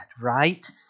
right